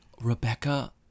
Rebecca